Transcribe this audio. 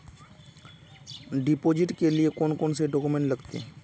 Deposit के लिए कौन कौन से डॉक्यूमेंट लगते?